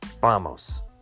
vamos